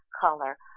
color